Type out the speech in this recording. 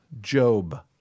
Job